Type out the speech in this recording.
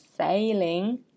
sailing